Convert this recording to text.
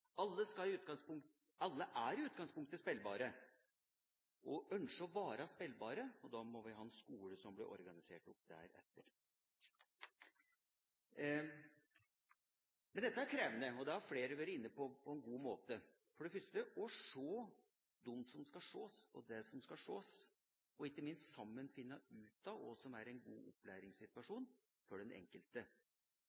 Alle er i utgangspunktet spillbare og ønsker å være spillbare. Da må vi ha en skole som blir organisert deretter. Det er krevende – det har flere vært inne på på en god måte – å se dem og det som skal ses, og ikke minst sammen finne ut av hva som er en god